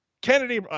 Kennedy